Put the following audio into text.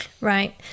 Right